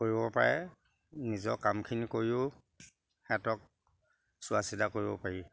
কৰিব পাৰে নিজৰ কামখিনি কৰিও সেহেঁতক চোৱা চিতা কৰিব পাৰি